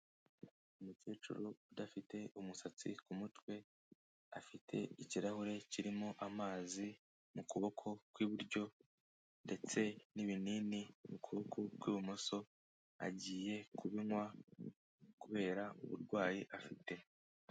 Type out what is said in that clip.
Umukecuru udafite umusatsi ku mutwe, afite ikirahure kirimo amazi mu kuboko kw'iburyo ndetse n'ibinini mu kuboko kw'ibumoso, agiye kubinywa kubera uburwayi afite.